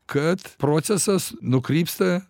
kad procesas nukrypsta